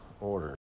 order